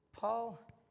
Paul